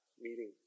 meeting